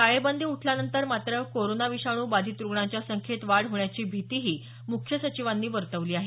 टाळेबंदी उठल्यानंतर मात्र कोरोना विषाणू बाधित रुग्णांच्या संख्येत वाढ होण्याची भितीही मुख्य सचिवांनी वर्तवली आहे